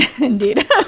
Indeed